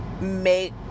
make